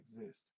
exist